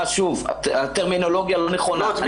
הטרמינולוגיה לא נכונה.